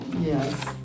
Yes